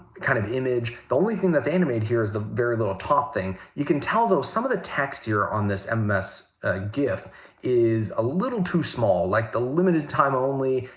kind of image. the only thing that's animated here is the very little top thing. you can tell, though, some of the text here on this um mms ah gif is a little too small, like, the limited time only,